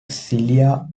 celia